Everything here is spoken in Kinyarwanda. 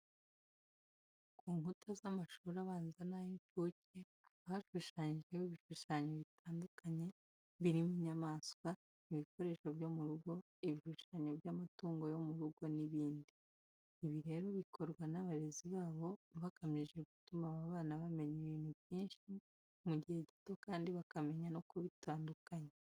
Ku nkuta z'amashuri abanza n'ay'incuke, haba hashushanyijeho ibishushanyo bitandukanye birimo inyamaswa, ibikoresho byo mu rugo, ibishushanyo by'amatungo yo mu rugo n'ibindi. Ibi rero bikorwa n'abarezi babo bagamije gutuma aba bana bamenya ibintu byinshi mu gihe gito kandi bakamenya no kubitandukanya.